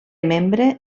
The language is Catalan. membre